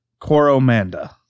Coromanda